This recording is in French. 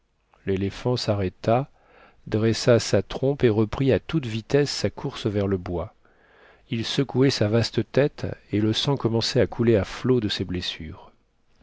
l'éléphant s'arrêta dressa sa trompe et reprit à toute vitesse sa course vers le bois il secouait sa vaste tête et le sang commençait à couler à flots de ses blessures